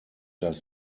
das